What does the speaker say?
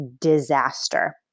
disaster